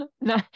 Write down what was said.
no